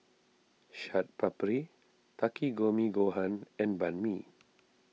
Chaat Papri Takikomi Gohan and Banh Mi